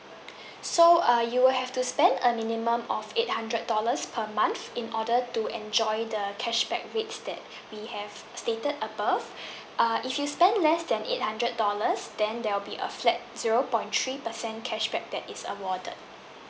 so uh you will have to spend a minimum of eight hundred dollars per month in order to enjoy the cashback rates that we have stated above err if you spend less than eight hundred dollars then there will be a flat zero point three percent cashback that is awarded